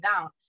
down